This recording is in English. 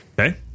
Okay